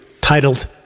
titled